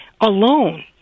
alone